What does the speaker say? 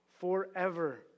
forever